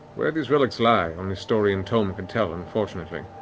these relics lie, only story and tome can tell, unfortunately.